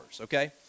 okay